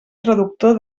traductor